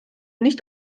nicht